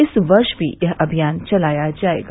इस वर्ष भी यह अभियान चलाया जायेगा